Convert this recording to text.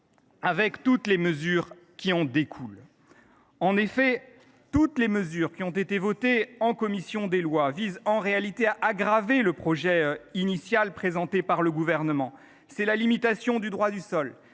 avec toutes les mesures qui en découlent. En effet, les amendements qui ont été votés en commission des lois visent en réalité à aggraver le projet initial présenté par le Gouvernement : je pense ici à la limitation du droit du sol